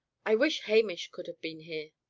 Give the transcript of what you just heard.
i wish hamish could have been here.